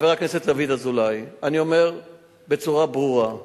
חבר הכנסת דוד אזולאי, אני אומר בצורה ברורה,